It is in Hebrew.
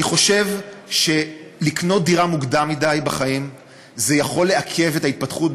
אני חושב שקניית דירה מוקדם מדי בחיים יכולה לעכב את ההתפתחות,